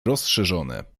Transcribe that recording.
rozszerzone